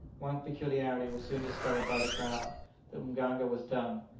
one peculiarity was soon discovered by the crowd the mganga was dumb,